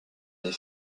des